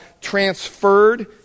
transferred